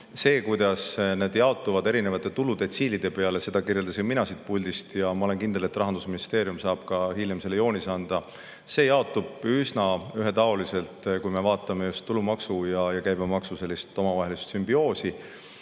Seda, kuidas need jaotuvad erinevate tuludetsiilide peale, kirjeldasin mina siit puldist ja ma olen kindel, et Rahandusministeerium saab hiljem selle kohta ka joonise anda. Need jaotuvad üsna ühetaoliselt, kui me vaatame just tulumaksu ja käibemaksu omavahelist sümbioosi.